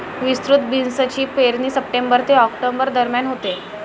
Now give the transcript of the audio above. विस्तृत बीन्सची पेरणी सप्टेंबर ते ऑक्टोबर दरम्यान होते